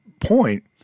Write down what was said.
point